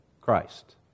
Christ